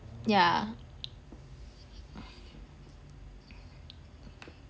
yeah